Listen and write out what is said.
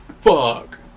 fuck